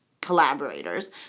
collaborators